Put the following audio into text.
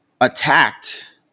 attacked